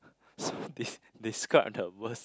so des~ describe the worst